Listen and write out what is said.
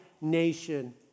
nation